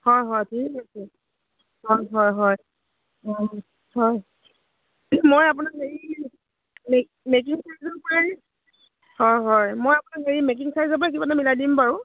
হয় হয় ঠিক আছে অ হয় হয় হয় হয় মই আপোনাক হেৰি মেকিং চাৰ্জৰপৰাই হয় হয় মই আপোনাক হেৰি মেকিং চাৰ্জৰপৰাই কিবা এটা মিলাই দিম বাৰু